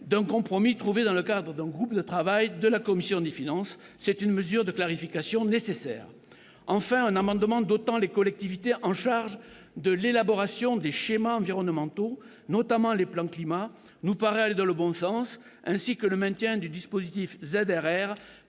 nous sommes parvenus dans le cadre d'un groupe de travail de la commission des finances, constitue une mesure de clarification nécessaire. Enfin, un amendement visant à doter les collectivités chargées de l'élaboration des schémas environnementaux, notamment des plans climat, nous paraît aller dans le bon sens ; il en va de même pour le maintien du dispositif ZRR